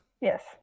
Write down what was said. Yes